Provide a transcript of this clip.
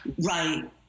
right